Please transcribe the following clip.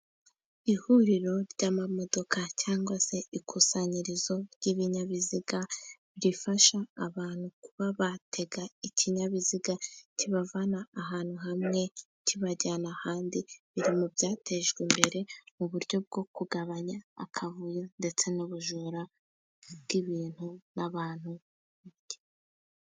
Ihuriro ry'amamodoka cyangwa se ikusanyirizo ry'ibinyabiziga rifasha abantu kuba batega ikinyabiziga, kibavana ahantu hamwe kibajyana ahandi, biri mu byatejwe imbere mu buryo bwo kugabanya akavuyo ndetse n'ubujura bw'ibintu n'abantu bike...